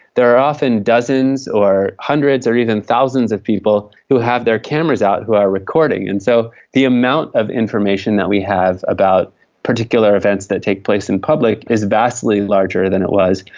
there are often dozens or hundreds or even thousands of people who have their cameras out who are recording. and so the amount of information that we have about particular events that take place in public is vastly larger than it was.